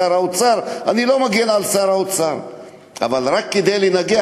האוצר, אני לא מגן על שר האוצר, אבל רק כדי לנגח?